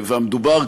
ומדובר,